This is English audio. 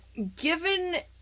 Given